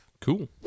Cool